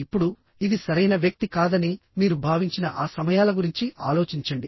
ఇప్పుడు ఇది సరైన వ్యక్తి కాదని మీరు భావించిన ఆ సమయాల గురించి ఆలోచించండి